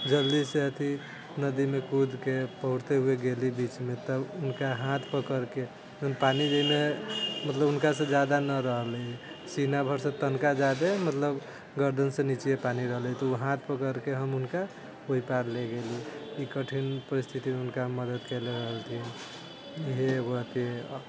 जल्दीसँ अथी नदीमे कूदिकऽ तैरते हुए गेली बीचमे तब हुनका हाथ पकड़िकऽ पानी जाहिमे मतलब हुनकासँ ज्यादा नहि रहलै सीना भरसँ तनिका ज्यादा मतलब गरदनिसँ निचे पानी रहलै तऽ ओ हाथ पकड़िकऽ हम हुनका ओहिपार लऽ गेली ई कठिन परिस्थितिमे हुनका हम मदद कएले रहली इएह एगो अथी